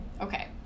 Okay